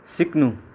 सिक्नु